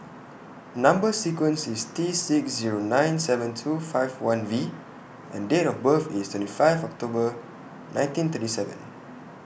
Number sequence IS T six Zero nine seven two five one V and Date of birth IS twenty five October nineteen thirty seven